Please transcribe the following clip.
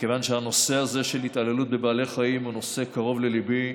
מכיוון שהנושא הזה של התעללות בבעלי חיים הוא נושא שקרוב לליבי,